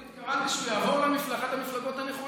אני התכוונתי שהוא יעבור לאחת המפלגות הנכונות.